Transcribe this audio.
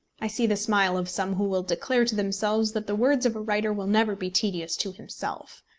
i see the smile of some who will declare to themselves that the words of a writer will never be tedious to himself.